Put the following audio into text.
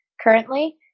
currently